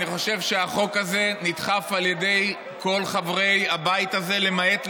אני חושב שהחוק הזה נדחף על ידי רוב חברי הבית הזה למעט,